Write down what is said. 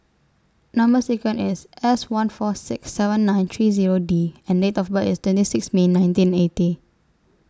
Number sequence IS S one four six seven nine three Zero D and Date of birth IS twenty six May nineteen eighty